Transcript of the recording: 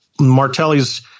Martelli's